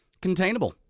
containable